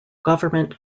government